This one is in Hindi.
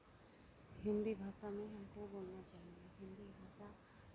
हिन्दी भाषा में हमको बोलना चाहिए हिन्दी भाषा